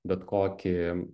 bet kokį